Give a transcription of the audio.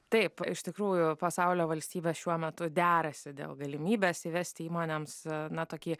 taip iš tikrųjų pasaulio valstybės šiuo metu derasi dėl galimybės įvesti įmonėms na tokį